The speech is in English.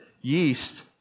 yeast